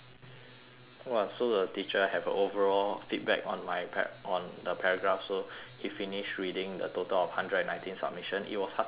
!wah! so the teacher have a overall feedback on my para~ on the paragraphs so he finished reading the total of hundred and nineteen submission it was heartening to see